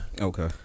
Okay